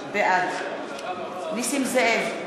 בעד נסים זאב,